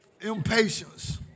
Impatience